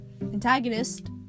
Antagonist